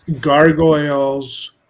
gargoyles